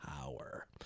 power